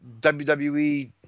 WWE